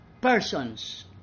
persons